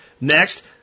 Next